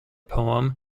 poem